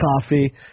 coffee